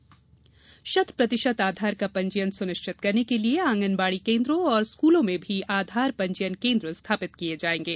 आधार पंजीयन शत प्रतिशत आधार का पंजीयन सुनिश्चित करने के लिए आँगनबाड़ी केन्द्रों और स्कूलों में भी आधार पंजीयन केन्द्र स्थापित किए जाएंगे